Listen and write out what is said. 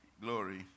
Glory